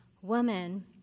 Woman